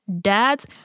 Dads